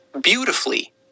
beautifully